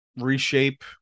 reshape